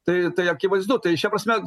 taip tai akivaizdu tai šia prasme